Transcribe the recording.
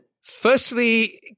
Firstly